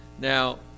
Now